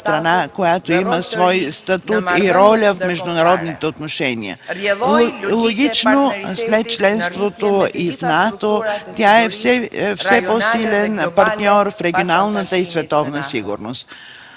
която има нов статут и роля в международните отношения. Логично след членството в НАТО тя е все по-силен партньор в регионалната и световната сигурност.